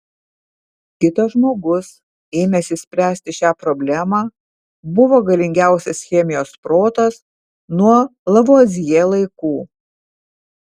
kitas žmogus ėmęsis spręsti šią problemą buvo galingiausias chemijos protas nuo lavuazjė laikų